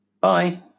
Bye